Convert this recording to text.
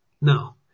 no